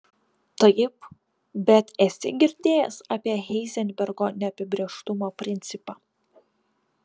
taip bet esi girdėjęs apie heizenbergo neapibrėžtumo principą